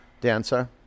Dancer